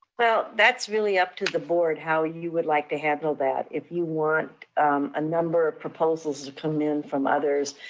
well, that's really up to the board how you would like to handle that. if you want a number of proposals to come in from others,